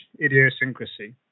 idiosyncrasy